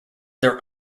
their